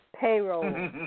Payroll